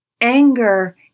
Anger